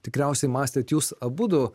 tikriausiai mąstėt jūs abudu